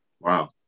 wow